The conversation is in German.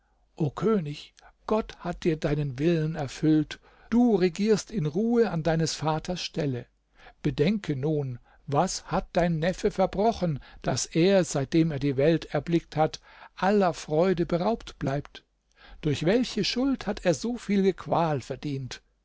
o könig gott hat dir deinen willen erfüllt du regierst in ruhe an deines vaters stelle bedenke nun was hat dein neffe verbrochen daß er seitdem er die welt erblickt hat aller freude beraubt bleibt durch welche schuld hat er so viele qual verdient